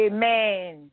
Amen